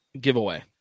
Giveaway